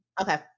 Okay